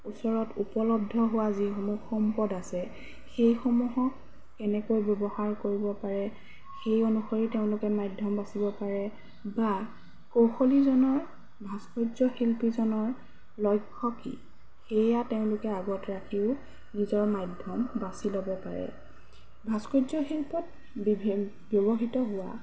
ওচৰত উপলব্ধ হোৱা যিসমূহ সম্পদ আছে সেইসমূহক কেনেকৈ ব্যৱহাৰ কৰিব পাৰে সেই অনুসৰি তেওঁলোকে মাধ্যম বাচিব পাৰে বা কৌশলীজনৰ ভাস্কৰ্যশিল্পীজনৰ লক্ষ্য কি সেয়া তেওঁলোকে আগত ৰাখিও নিজৰ মাধ্যম বাছি ল'ব পাৰে ভাস্কৰ্য শিল্পত ব্যৱহৃত হোৱা